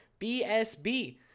BSB